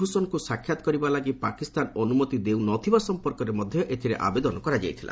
ଭୂଷଣଙ୍କୁ ସାକ୍ଷାତ କରିବା ଲାଗି ପାକିସ୍ତାନ ଅନୁମତି ଦେଉ ନ ଥିବା ସମ୍ପର୍କରେ ମଧ୍ୟ ଏଥିରେ ଆବେଦନ କରାଯାଇଥିଲା